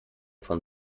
von